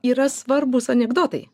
yra svarbūs anekdotai